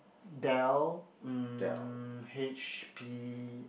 Dell mm H_P